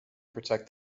protect